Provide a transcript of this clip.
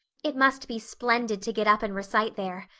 it must be splendid to get up and recite there.